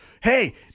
hey